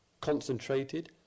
concentrated